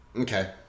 Okay